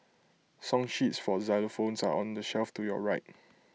song sheets for xylophones are on the shelf to your right